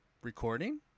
Recording